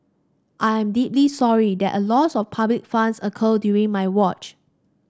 I am deeply sorry that a loss of public funds occurred during my watch